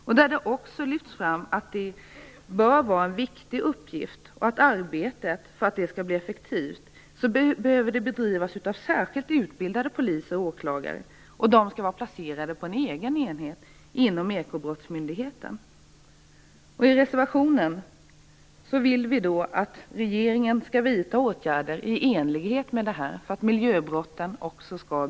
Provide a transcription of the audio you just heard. Det sägs också att detta bör vara en viktig uppgift och att arbetet för att bli effektivt måste bedrivas av särskilt utbildade poliser och åklagare placerade på en egen enhet inom ekobrottsmyndigheten. I reservationen vill vi att regeringen skall vidta åtgärder i enlighet med detta för att också miljöbrotten skall beivras.